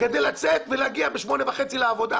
כדי לצאת ולהגיע ב-8:30 לעבודה.